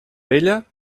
vella